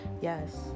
Yes